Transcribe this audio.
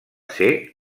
ser